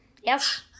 Yes